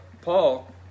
paul